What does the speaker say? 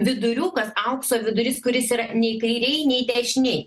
viduriukas aukso vidurys kuris yra nei kairėj nei dešinėj